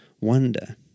wonder